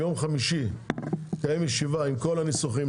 ביום חמישי נקיים ישיבה עם כל הניסוחים.